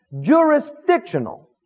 Jurisdictional